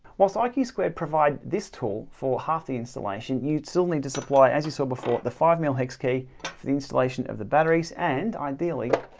whilst i key squared provide this tool for half the installation. you'd still need to supply as you saw so before the five mil hex key for the installation of the batteries and ideally